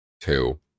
two